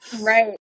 Right